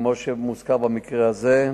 כמו שמוזכר במקרה הזה,